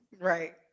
Right